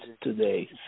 today